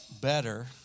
better